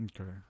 Okay